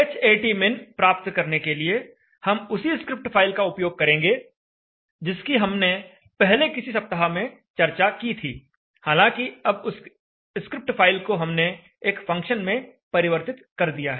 hatmin प्राप्त करने के लिए हम उसी स्क्रिप्ट फ़ाइल का उपयोग करेंगे जिसकी हमने पहले किसी सप्ताह में चर्चा की थी हालांकि अब उस स्क्रिप्ट फाइल को हमने एक फंक्शन में परिवर्तित कर दिया है